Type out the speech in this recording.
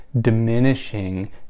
diminishing